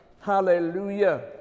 Hallelujah